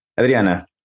Adriana